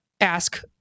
ask